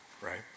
right